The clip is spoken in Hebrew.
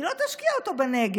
היא לא תשקיע אותו בנגב,